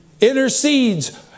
intercedes